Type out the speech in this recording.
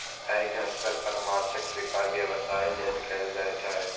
पैघ स्तर पर माछक शिकार व्यवसाय लेल कैल जाइ छै